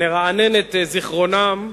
נרענן את זיכרונם הרע.